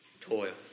toil